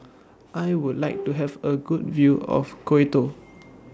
I Would like to Have A Good View of Quito